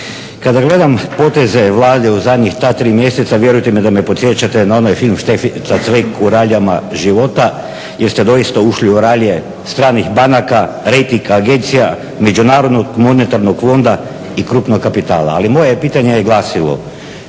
Kada gledam poteze Vlade u zadnjih ta tri mjeseca vjerujte da me podsjećate na onaj film "Štefica Cvek u raljama života" jer ste doista ušli u ralje stranih banaka, rejting agencija, Međunarodnog monetarnog fonda i krupnog kapitala. Ali moje je pitanje glasilo